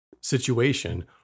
situation